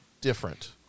different